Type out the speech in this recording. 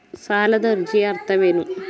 ಸಾಲದ ಅರ್ಜಿಯ ಅರ್ಥವೇನು?